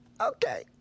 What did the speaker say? Okay